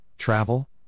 Travel